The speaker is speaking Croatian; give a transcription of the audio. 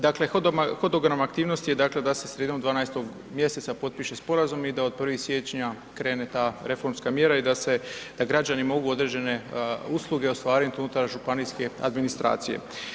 Dakle, hodogram aktivnosti je dakle da se sredinom 12. mjeseca potpiše sporazum i da od 1. siječnja krene ta reformska mjera i da građani mogu određene usluge ostvariti unutar županijske administracije.